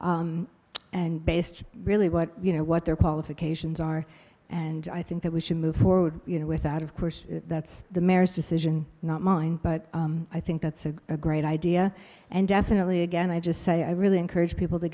based really what you know what their qualifications are and i think that we should move forward you know without of course that's the decision not mine but i think that's a great idea and definitely again i just say i really encourage people to